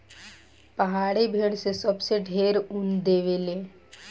पहाड़ी भेड़ से सबसे ढेर ऊन देवे ले